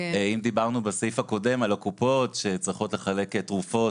אם דיברנו בסעיף הקודם על הקופות שצריכות לחלק תרופות,